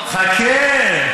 חכה.